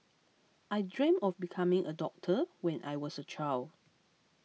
I dreamt of becoming a doctor when I was a child